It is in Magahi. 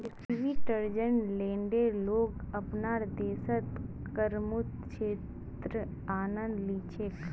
स्विट्जरलैंडेर लोग अपनार देशत करमुक्त क्षेत्रेर आनंद ली छेक